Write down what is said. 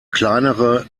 kleinere